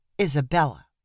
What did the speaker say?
Isabella